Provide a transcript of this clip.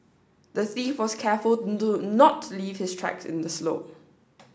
the thief was careful to not leave his tracks in the snow